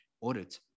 audit